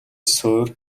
суурь